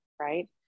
right